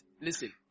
listen